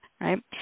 right